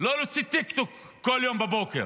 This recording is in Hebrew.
לא להוציא טיקטוק כל יום בבוקר.